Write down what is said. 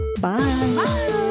Bye